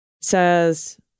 says